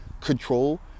control